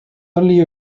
only